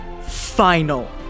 final